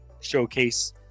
showcase